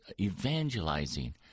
evangelizing